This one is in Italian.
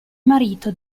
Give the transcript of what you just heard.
marito